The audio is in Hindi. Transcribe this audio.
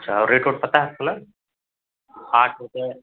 अच्छा और रेट उट पता है आपको ना आठ रुपये